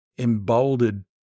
emboldened